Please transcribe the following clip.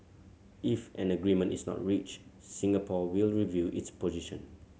if an agreement is not reached Singapore will review its position